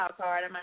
card